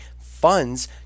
funds